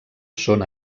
són